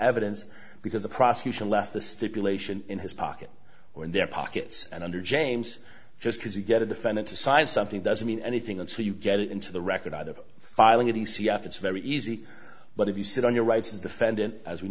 evidence because the prosecution left the stipulation in his pocket or in their pockets and under james just because you get a defendant to sign something doesn't mean anything until you get it into the record either the filing of the c f it's very easy but if you sit on your rights as defendant as we